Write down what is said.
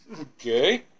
Okay